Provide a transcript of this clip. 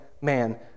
man